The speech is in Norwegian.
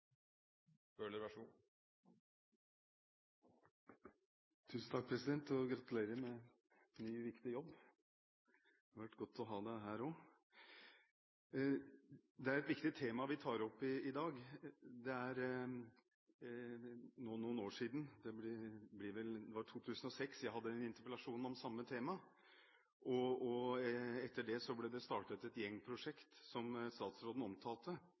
vær så god. Tusen takk, president, og gratulerer med ny, viktig jobb. Det har vært godt å ha deg her også. Det er et viktig tema vi tar opp i dag. Det er nå noen år siden – det var vel i 2006 – jeg hadde en interpellasjon om samme tema. Etter det ble det startet et gjengprosjekt, som statsråden omtalte,